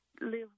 live